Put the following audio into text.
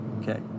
Okay